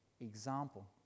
example